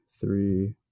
three